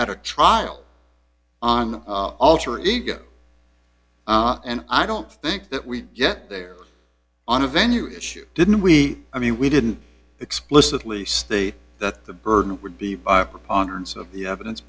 at a trial on the alter ego and i don't think that we get there on a venue issue didn't we i mean we didn't explicitly state that the burden would be by preponderance of the evidence